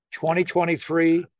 2023